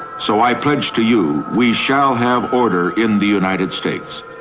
so i pledge to you, we shall have order in the united states.